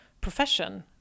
profession